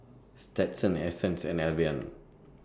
Stetson Essence and Albion